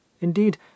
indeed